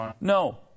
No